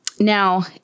Now